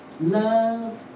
love